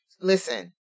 listen